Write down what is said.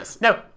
no